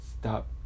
stop